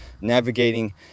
navigating